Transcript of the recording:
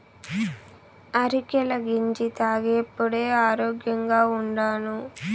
అరికెల గెంజి తాగేప్పుడే ఆరోగ్యంగా ఉండాను